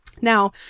Now